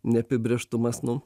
neapibrėžtumas nu